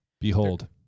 Behold